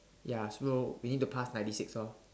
ya so we need to pass ninety six orh